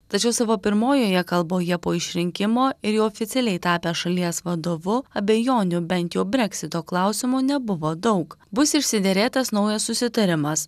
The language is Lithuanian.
tačiau savo pirmojoje kalboje po išrinkimo ir jau oficialiai tapęs šalies vadovu abejonių bent jau breksito klausimu nebuvo daug bus išsiderėtas naujas susitarimas